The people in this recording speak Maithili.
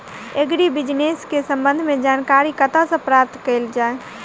एग्री बिजनेस केँ संबंध मे जानकारी कतह सऽ प्राप्त कैल जाए?